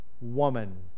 woman